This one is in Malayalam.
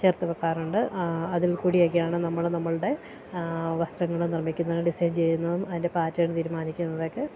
ചേർത്ത് വെക്കാറുണ്ട് അതിൽ കൂടിയൊക്കെയാണ് നമ്മൾ നമ്മളുടെ വസ്ത്രങ്ങൾ നിർമ്മിക്കുന്നത് ഡിസൈൻ ചെയ്യുന്നതും അതിൻ്റെ പാറ്റേൺ തീരുമാനിക്കുന്നതൊക്കെ